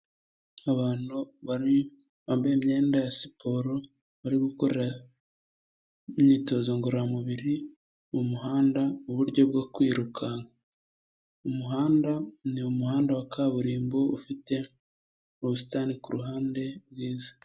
Abantu bane bambaye imyenda ya siporo bari gukora imyitozo ngororamubiri mu muhanda mu buryo bwo kwirukanka. Umuhanda ni umuhanda wa kaburimbo ufite ubusitani ku ruhande Bwiza.